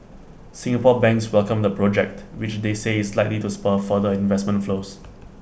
Singapore banks welcomed the project which they say is likely to spur further investment flows